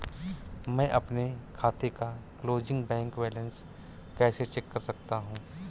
मैं अपने खाते का क्लोजिंग बैंक बैलेंस कैसे चेक कर सकता हूँ?